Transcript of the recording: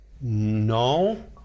No